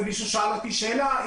ומישהו שאל אותי שאלה.